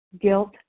guilt